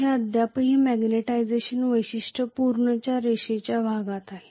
हे अद्याप मॅग्निटायझेशन वैशिष्ट्यपूर्ण च्या रेषेच्या भागात आहे